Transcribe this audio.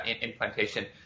implantation